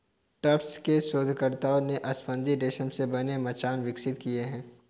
Tufts के शोधकर्ताओं ने स्पंजी रेशम से बने मचान विकसित किए हैं